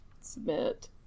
Submit